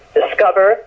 discover